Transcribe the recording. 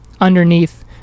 underneath